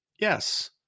yes